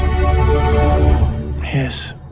Yes